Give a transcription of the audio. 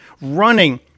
running